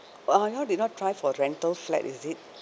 uh you all did not try for rental flat is it